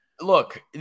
Look